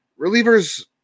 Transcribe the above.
relievers